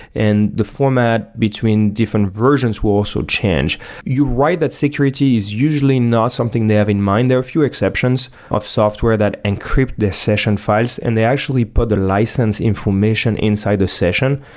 and the format between different versions will also change. you write that security is usually not something they have in mind. there are a few exceptions of software that encrypt the session files, and they actually put the license information inside the session.